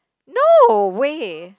no way